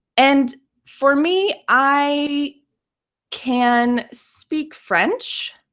and for me, i can speak french.